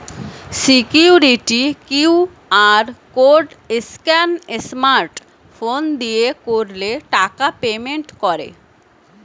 security QR code scan smart phone দিয়ে করলে টাকা পেমেন্ট করে